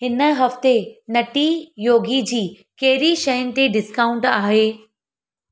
हिन हफ़्ते नटी योगी जी कहिड़ी शयुनि ते डिस्काउंट आहे